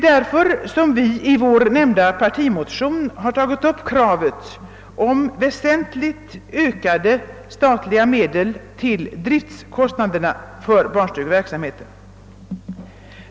Därför har vi i vår nämnda partimotion tagit upp kravet på en väsentlig ökning av det statliga anslaget för driften av barnstugeverksamheten.